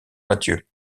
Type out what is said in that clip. matthieu